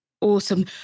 awesome